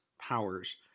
powers